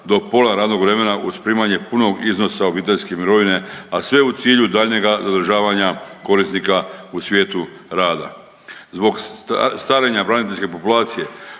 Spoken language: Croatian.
do pola radnog vremena uz primanje punog iznosa obiteljske mirovine, a sve u cilju daljnjega zadržavanja korisnika u svijetu rada. Zbog starenja braniteljske populacije